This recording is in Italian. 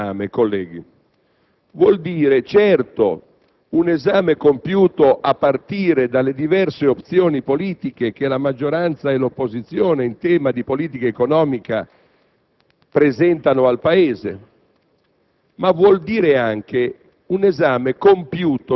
cosa s'intende per «compiuto esame»? Vuol dire un esame compiuto a partire dalle diverse opzioni politiche che la maggioranza e l'opposizione, in tema di politica economica, presentano al Paese,